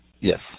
Yes